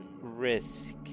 risk